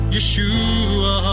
Yeshua